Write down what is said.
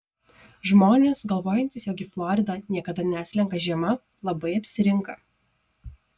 žmonės galvojantys jog į floridą niekada neatslenka žiema labai apsirinka